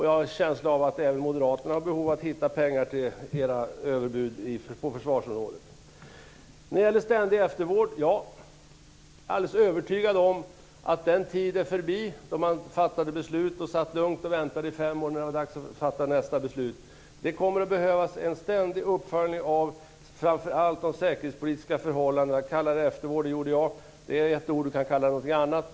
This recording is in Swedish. Jag har en känsla av att även Moderaterna har behov av att hitta pengar till sina överbud på försvarsområdet. I fråga om ständig eftervård är jag alldeles övertygad om att den tiden är förbi då man fattade beslut och satt lugnt och väntade i fem år tills det var dags att fatta nästa beslut. Det kommer att behövas en ständig uppföljning av framför allt de säkerhetspolitiska förhållandena. Man kan kalla det eftervård, som jag gjorde. Man kan också kalla det för något annat.